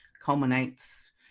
culminates